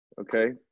Okay